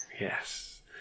Yes